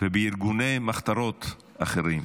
ובארגוני מחתרות אחרים,